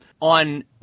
on